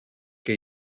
que